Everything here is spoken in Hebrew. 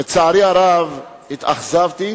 לצערי הרב, התאכזבתי